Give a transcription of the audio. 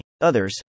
Others